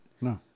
No